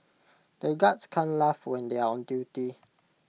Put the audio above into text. the guards can't laugh when they are on duty